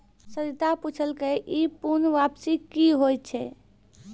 सरिता पुछलकै ई पूर्ण वापसी कि होय छै?